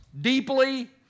deeply